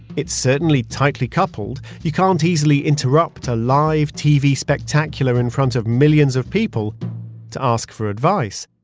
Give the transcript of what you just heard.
it certainly tightly coupled. you can't easily interrupt a live tv spectacular in front of millions of people to ask for advice.